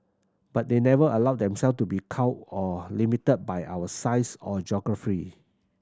but they never allowed them self to be cowed or limited by our size or geography